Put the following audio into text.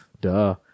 Duh